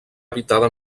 habitada